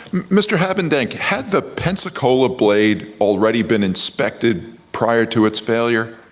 mr. habedank, had the pensacola blade already been inspected prior to its failure?